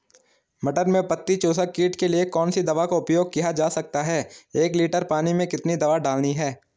मटर में पत्ती चूसक कीट के लिए कौन सी दवा का उपयोग किया जा सकता है एक लीटर पानी में कितनी दवा डालनी है?